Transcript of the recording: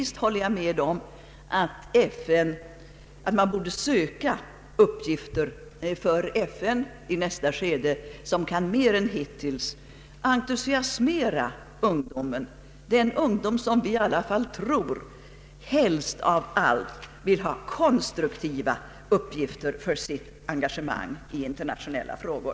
Men jag håller med om att det är riktigt att söka uppgifter för FN i nästa skede som mer än hittills kan entusiasmera ungdomen, den ungdom som vi alla tror helst av allt vill ha konstruktiva uppgifter för sitt engagemang i internationella frågor.